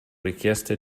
richieste